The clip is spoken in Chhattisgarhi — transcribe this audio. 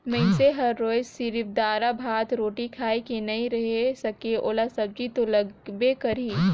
मइनसे हर रोयज सिरिफ दारा, भात, रोटी खाए के नइ रहें सके ओला सब्जी तो लगबे करही